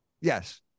Yes